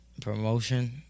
Promotion